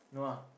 no ah